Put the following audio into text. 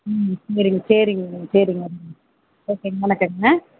ம் சரிங்க சரிங்க மேடம் சரிங்க மேடம் ஓகே வணக்கங்க